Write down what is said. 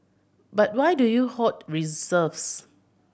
but why do you hoard reserves